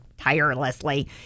tirelessly